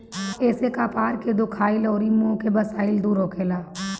एसे कपार के दुखाइल अउरी मुंह के बसाइल दूर होखेला